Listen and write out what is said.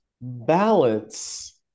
balance